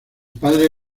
padre